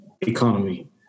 economy